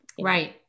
Right